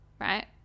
right